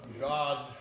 God